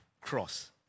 cross